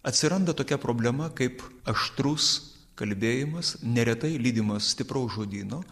atsiranda tokia problema kaip aštrus kalbėjimas neretai lydimas stipraus žodyno